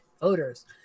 voters